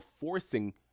forcing